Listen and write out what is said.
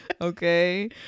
Okay